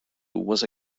was